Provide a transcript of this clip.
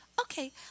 Okay